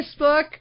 Facebook